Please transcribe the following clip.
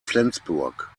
flensburg